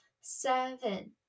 Seven